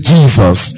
Jesus